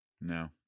No